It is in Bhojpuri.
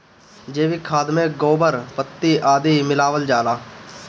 जैविक खाद में गोबर, पत्ती आदि मिलावल जाला